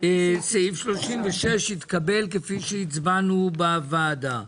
סעיף 36 התקבל כפי שהצבענו בוועדה.